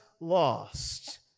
lost